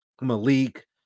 Malik